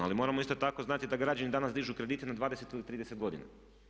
Ali moramo isto tako znati da građani danas dižu kredite na 20 ili 30 godina.